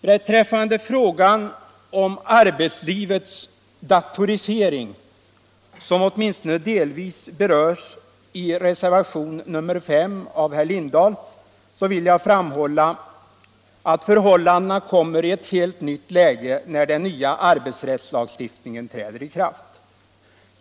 Beträffande frågan om arbetslivets datorisering, som åtminstone delvis berörs i reservationen 5 av herr Lirdahl i Hamburgsund, vill jag framhålla att förhållandena kommer i ett helt nytt läge när den nya arbetsrättslagstiftningen träder i kraft.